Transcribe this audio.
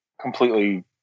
completely